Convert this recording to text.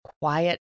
quiet